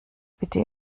bitte